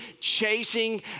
chasing